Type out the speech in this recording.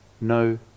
no